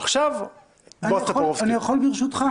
אני יכול, ברשותך?